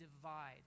divide